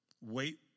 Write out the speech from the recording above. Wait